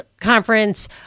conference